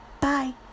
Bye